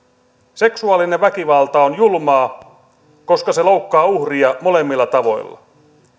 seksuaalinen väkivalta on julmaa koska se loukkaa uhria molemmilla tavoilla